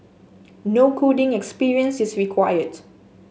no coding experience is required